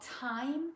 time